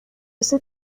ese